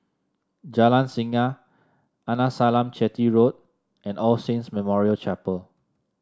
Jalan Singa Arnasalam Chetty Road and All Saints Memorial Chapel